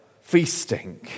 feasting